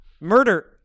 Murder